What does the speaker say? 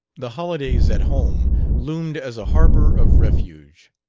the holidays at home loomed as a harbor of refuge.